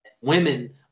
women